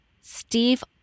Steve